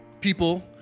people